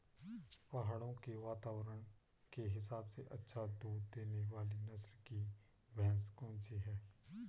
पहाड़ों के वातावरण के हिसाब से अच्छा दूध देने वाली नस्ल की भैंस कौन सी हैं?